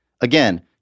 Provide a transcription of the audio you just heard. Again